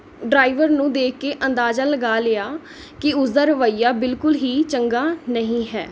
driver ਨੂੰ ਦੇਖ ਕੇ ਅੰਦਾਜ਼ਾ ਲਗਾ ਲਿਆ ਕਿ ਉਸਦਾ ਰਵੱਈਆ ਬਿਲਕੁਲ਼ ਹੀ ਚੰਗਾ ਨਹੀਂ ਹੈ